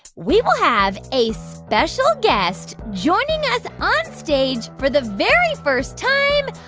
we will have a special guest joining us on stage for the very first time.